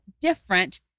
different